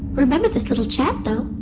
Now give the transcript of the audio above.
remember this little chat, though.